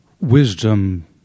wisdom